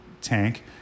tank